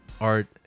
art